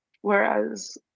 whereas